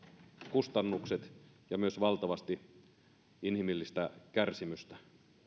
kustannukset ja myös valtavasti inhimillistä kärsimystä